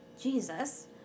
Jesus